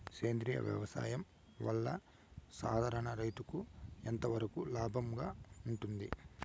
సేంద్రియ వ్యవసాయం వల్ల, సాధారణ రైతుకు ఎంతవరకు లాభంగా ఉంటుంది?